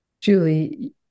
Julie